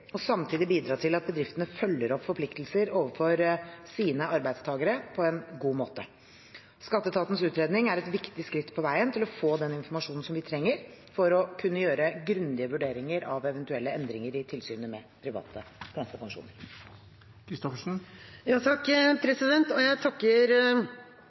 og samtidig bidra til at bedriftene følger opp forpliktelser overfor sine arbeidstakere på en god måte. Skatteetatens utredning er et viktig skritt på veien til å få den informasjonen vi trenger for å kunne gjøre grundige vurderinger av eventuelle endringer i tilsynet med private